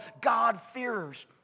God-fearers